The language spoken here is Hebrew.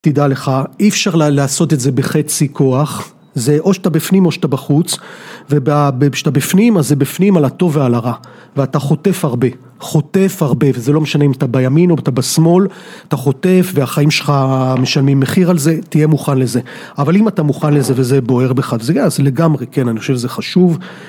תדע לך, אי אפשר לעשות את זה בחצי כוח, זה או שאתה בפנים או שאתה בחוץ. וב... כשאתה בפנים, אז זה בפנים על הטוב ועל הרע. ואתה חוטף הרבה, חוטף הרבה. וזה לא משנה אם אתה בימין או אתה בשמאל, אתה חוטף והחיים שלך משלמים מחיר על זה, תהיה מוכן לזה. אבל אם אתה מוכן לזה וזה בוער בך, אז לגמרי כן, אני חושב שזה חשוב